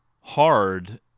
hard